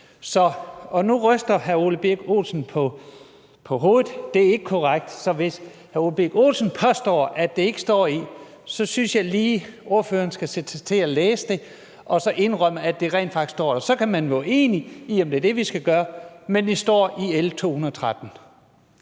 Nu ryster hr. Ole Birk Olesen på hovedet. Hvis hr. Ole Birk Olesen påstår, at det ikke står der, synes jeg lige, at ordføreren skal sætte sig til at læse det og så indrømme, at det rent faktisk står der. Så kan man være uenig i, at det er det, vi skal gøre, men det står i